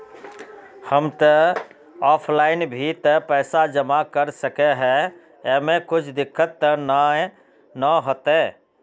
हम ते ऑफलाइन भी ते पैसा जमा कर सके है ऐमे कुछ दिक्कत ते नय न होते?